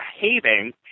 behaving